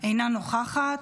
אינה נוכחת.